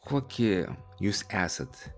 kokį jūs esat